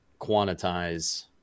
quantize